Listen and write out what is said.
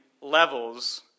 levels